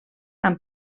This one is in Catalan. han